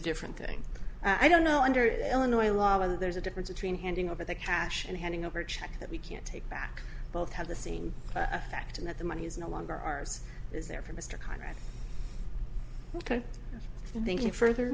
different thing i don't know under illinois law and there's a difference between handing over the cash and handing over check that we can't take back both have the scene effect and that the money is no longer ours is there for mr conrad ok thinking further